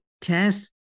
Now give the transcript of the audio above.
test